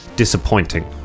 disappointing